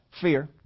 fear